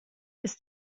ist